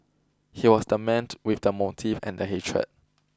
he was the man with the motive and the hatred